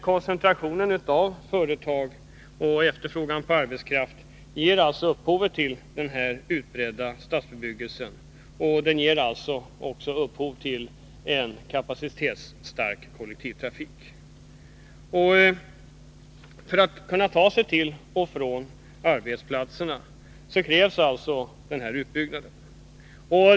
Koncentrationen av företag och deras efterfrågan på arbetskraft ger upphov till den utbredda stadsbebyggelsen och behovet av kapacitetsstark kollektivtrafik. För att man skall kunna ta sig till och från arbetsplatserna krävs den här utbyggnaden.